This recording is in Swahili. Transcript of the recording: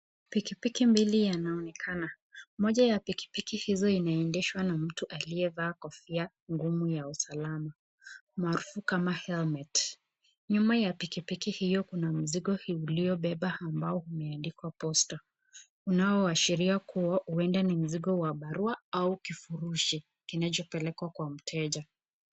Pikipiki mbili yanaonekana, moja ya pikipiki hizo inaendeshwa na mtu aliyevaa kofia ngumu ya usalama, maarufu kama (cs)helmet(cs), nyuma ya pikipiki hio kuna mzigo ulio beba humeandikwa posta, unao ashiria huenda ni mzigo wa barua au kifurushi, kinachopelekwa kwa mteja.